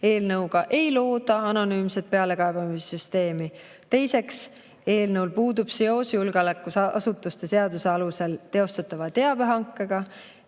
eelnõuga ei looda anonüümset pealekaebamissüsteemi. Teiseks, eelnõul puudub seos julgeolekuasutuste seaduse alusel teostatava teabehankega.